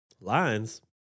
Lines